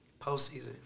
Postseason